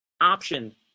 option